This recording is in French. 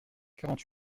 quarante